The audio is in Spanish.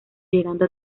llegando